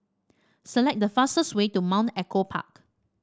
select the fastest way to Mount Echo Park